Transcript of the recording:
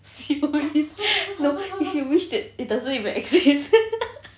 C_O_E is free no you should wish that it doesn't even exist